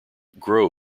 grow